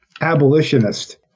abolitionist